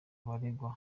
baregwa